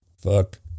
fuck